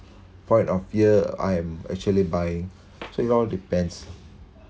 point of year I am actually buying so it all depends